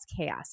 chaos